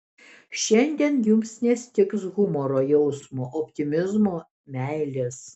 šiandien jums nestigs humoro jausmo optimizmo meilės